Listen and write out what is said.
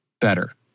better